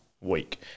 week